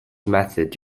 method